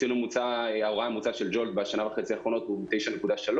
ממוצע ההוראה של Jolt בשנה וחצי האחרונות הוא 9.3